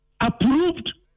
approved